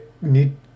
need